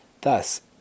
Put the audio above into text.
Thus